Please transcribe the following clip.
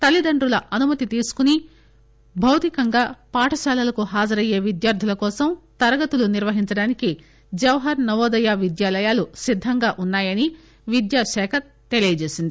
తల్లిదండ్రుల అనుమతి తీసుకుని భౌతికంగా పాఠశాలలకు హాజరయ్యే విద్యార్థుల కోసం తరగతులు నిర్వహించడానికి జవహర్ నవోదయ విద్యాలయాలు సిద్ధంగా ఉన్నాయని విద్యా శాఖ తెలిపింది